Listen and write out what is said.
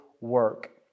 work